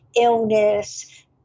illness